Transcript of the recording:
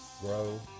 grow